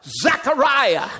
Zechariah